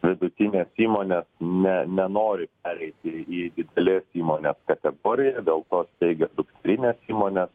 vidutinės įmonės ne nenori pereiti į didelės įmonės kategoriją dėl to steigia dukterines įmones